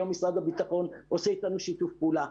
היום משרד הביטחון עושה אתנו שיתוף פעולה.